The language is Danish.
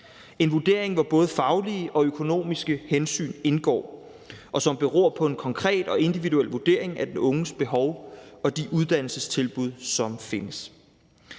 en vurdering, hvor både faglige og økonomiske hensyn indgår, og som beror på en konkret og individuel vurdering af den unges behov og de uddannelsestilbud, som findes.